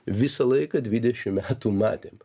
visą laiką dvidešim metų matėm